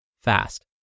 fast